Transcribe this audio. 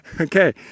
Okay